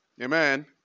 Amen